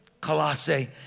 Colossae